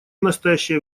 настоящее